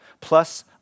plus